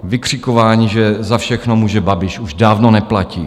Vykřikování, že za všechno může Babiš, už dávno neplatí.